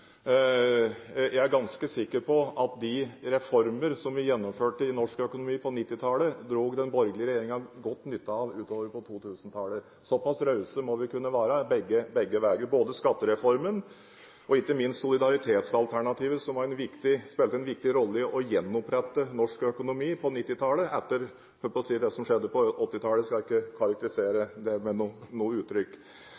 Jeg er ganske sikker på at de reformer som vi gjennomførte i norsk økonomi på 1990-tallet, dro de borgerlige god nytte av utover på 2000-tallet – såpass rause må vi kunne være begge veier. Både skattereformen og ikke minst solidaritetsalternativet spilte en viktig rolle i å gjenopprette norsk økonomi på 1990-tallet etter det som skjedde på 1980-tallet – jeg skal ikke karakterisere